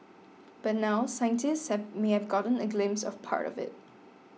but now scientists may have gotten a glimpse of part of it